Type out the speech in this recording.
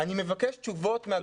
אני מבקש תשובות,